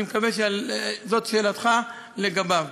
אני מקווה שזאת שאלתך לגביו.